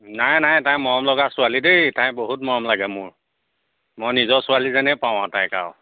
নাই নাই তাই মৰমলগা ছোৱালী দেই তাইক বহুত মৰম লাগে মোৰ মই নিজৰ ছোৱালী যেনেই পাওঁ আৰু তাইক আৰু